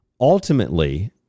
ultimately